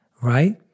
right